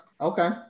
Okay